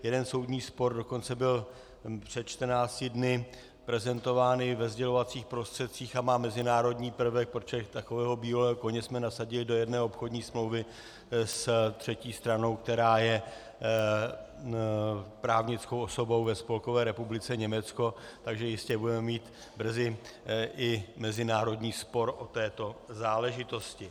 Jeden soudní spor dokonce byl před čtrnácti dny prezentován i ve sdělovacích prostředcích a má mezinárodní prvek, protože takového bílého koně jsme nasadili do jedné obchodní smlouvy s třetí stranou, která je právnickou osobou ve Spolkové republice Německo, takže jistě budeme mít brzy i mezinárodní spor o této záležitosti.